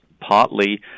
partly